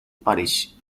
parish